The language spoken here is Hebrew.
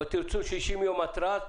או אם תרצו 60 ימים התרעה,